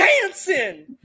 dancing